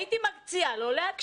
הייתי מציעה לו להמתין,